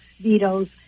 vetoes